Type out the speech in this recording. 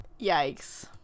Yikes